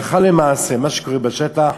מה שקורה בשטח,